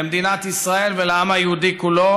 למדינת ישראל ולעם היהודי כולו,